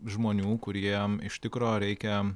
žmonių kuriem iš tikro reikia